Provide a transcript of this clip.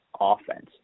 offense